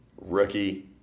Rookie